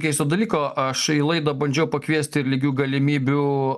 keisto dalyko aš į laidą bandžiau pakviesti ir lygių galimybių